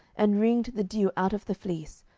and wringed the dew out of the fleece,